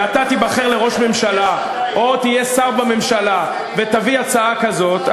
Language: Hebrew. ואתה תיבחר לראש ממשלה או תהיה שר בממשלה ותביא הצעה כזאת,